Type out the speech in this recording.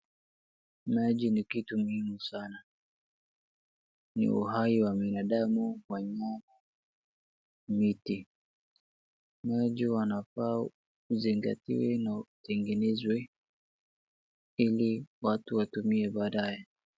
Maji ni kitu muhimu sana. Ni uhai wa binadamu, wanyama na miti. Maji wanafaa uzingatiwe na utengenezwe ili watu watumie baadae.